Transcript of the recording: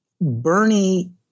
Bernie